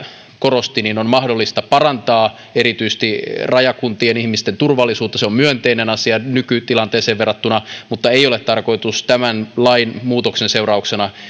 korosti on mahdollista parantaa erityisesti rajakuntien ihmisten turvallisuutta se on myönteinen asia nykytilanteeseen verrattuna mutta ei ole tarkoitus tämän lainmuutoksen seurauksena